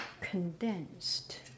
condensed